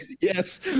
Yes